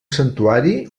santuari